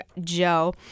Joe